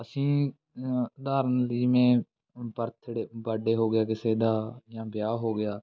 ਅਸੀਂ ਜਿਵੇਂ ਬਰਥਡੇ ਬਾਡੇ ਹੋ ਗਿਆ ਕਿਸੇ ਦਾ ਜਾਂ ਵਿਆਹ ਹੋ ਗਿਆ